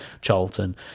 Charlton